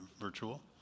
virtual